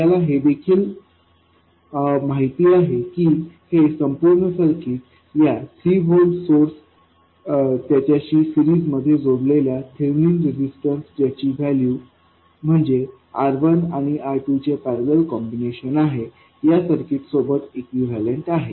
आपल्याला हे देखील माहित आहे की हे संपूर्ण सर्किट या 3 व्होल्ट सोर्स त्याच्याशी सिरीज मध्ये जोडलेल्या थेव्हिनिन रेझिस्टन्स ज्याची व्हॅल्यू म्हणजे R1आणिR2चे पैरलेल कॉम्बिनेशन आहे या सर्किट सोबत इक्विवलन्ट आहे